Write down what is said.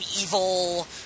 evil